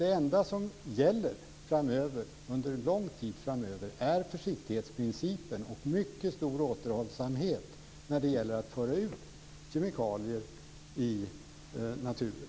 Det enda som gäller under en lång tid framöver är försiktighetsprincipen och en mycket stor återhållsamhet när det gäller att föra ut kemikalier i naturen.